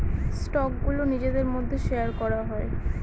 স্টকগুলো নিজেদের মধ্যে শেয়ার করা হয়